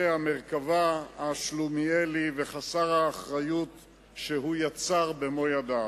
המרכבה השלומיאלי וחסר האחריות שהוא יצר במו ידיו,